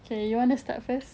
okay you want to start first